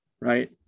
right